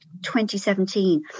2017